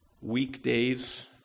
weekdays